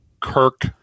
kirk